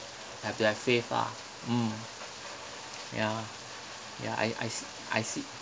I have to have faith ah mm ya ya I I see I see